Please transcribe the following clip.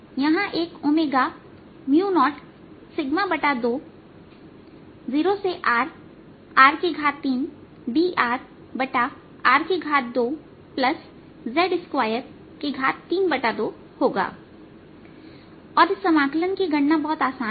यहां एक 0σω20R r3drr2z232होगा और इस समाकलन की गणना बहुत आसान है